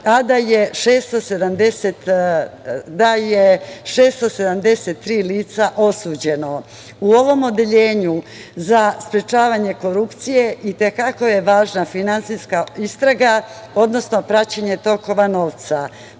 a da je 673 lica osuđeno. U ovom odeljenju za sprečavanje korupcije i te kako je važna finansijska istraga, odnosno praćenje tokovo